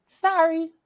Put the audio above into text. Sorry